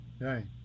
right